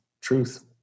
Truth